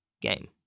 game